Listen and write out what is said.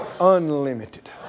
Unlimited